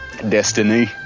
destiny